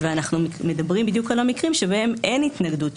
אנחנו מדברים בדיוק על המקרים שבהם אין התנגדות,